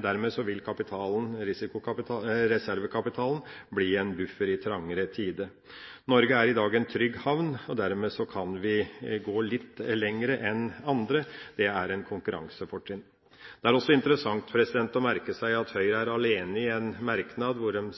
Dermed vil reservekapitalen bli en buffer i trangere tider. Norge er i dag en trygg havn. Dermed kan vi gå litt lenger enn andre. Det er et konkurransefortrinn. Det er også interessant å merke seg at Høyre er alene i en